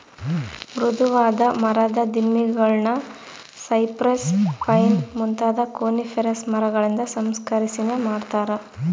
ಮೃದುವಾದ ಮರದ ದಿಮ್ಮಿಗುಳ್ನ ಸೈಪ್ರೆಸ್, ಪೈನ್ ಮುಂತಾದ ಕೋನಿಫೆರಸ್ ಮರಗಳಿಂದ ಸಂಸ್ಕರಿಸನೆ ಮಾಡತಾರ